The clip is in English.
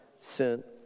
sent